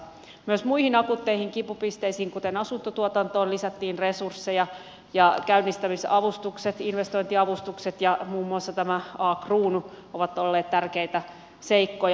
myös muihin akuutteihin kipupisteisiin kuten asuntotuotantoon lisättiin resursseja ja käynnistämisavustukset investointiavustukset ja muun muassa tämä a kruunu ovat olleet tärkeitä seikkoja